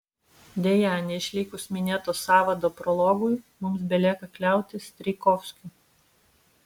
deja neišlikus minėto sąvado prologui mums belieka kliautis strijkovskiu